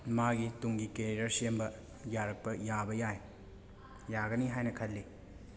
ꯃꯥꯒꯤ ꯇꯨꯡꯒꯤ ꯀꯦꯔꯤꯌꯔ ꯁꯦꯝꯕ ꯌꯥꯔꯛꯄ ꯌꯥꯕ ꯌꯥꯏ ꯌꯥꯒꯅꯤ ꯍꯥꯏꯅ ꯈꯜꯂꯤ